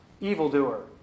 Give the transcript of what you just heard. evildoer